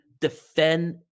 defend